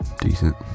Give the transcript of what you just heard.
Decent